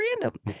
random